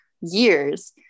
years